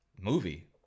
movie